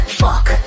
fuck